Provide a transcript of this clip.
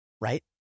right